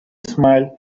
smiled